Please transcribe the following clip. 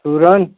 सूरन